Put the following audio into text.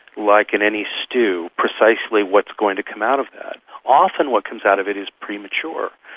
like in any stew, precisely what's going to come out of that. often what comes out of it is premature.